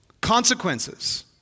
Consequences